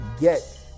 get